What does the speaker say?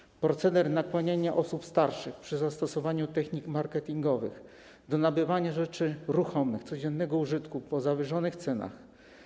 Chodzi o proceder nakłaniania osób starszych, przy zastosowaniu technik marketingowych, do nabywania rzeczy ruchomych codziennego użytku po zawyżonych cenach.